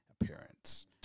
appearance